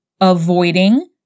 avoiding